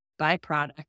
byproduct